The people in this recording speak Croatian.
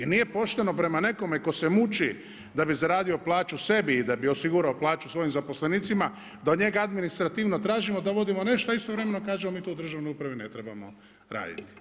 I nije pošteno prema nekome tko se muči da bi zaradio plaću sebi i da bi osigurao plaću svojim zaposlenicima, da od njega administrativno tražimo da uvodimo nešto, a istovremeno kažemo mi to u državnoj upravi ne trebamo raditi.